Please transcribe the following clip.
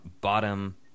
bottom